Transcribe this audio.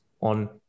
on